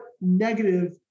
negative